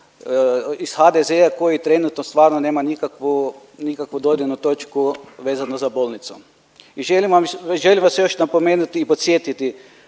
iz HDZ-a koji trenutno stvarno nema nikakvu, nikakvu dodirnu točku vezano za bolnicu. I želim vam još napomenuti i podsjetiti